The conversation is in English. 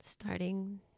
starting